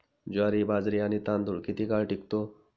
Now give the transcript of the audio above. ज्वारी, बाजरी आणि तांदूळ किती काळ टिकतो?